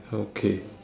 okay